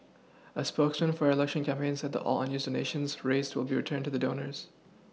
a spokesman for her election campaign said that all unused donations raised will be returned to the donors